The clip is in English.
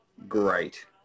Great